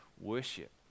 worship